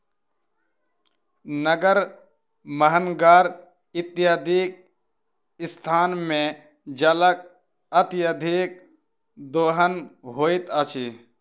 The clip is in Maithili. नगर, महानगर इत्यादिक स्थान मे जलक अत्यधिक दोहन होइत अछि